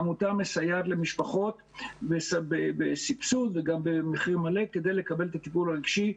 העמותה מסייעת למשפחות בסבסוד וגם במחיר מלא כדי לקבל את הטיפול הרגשי.